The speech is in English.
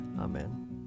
Amen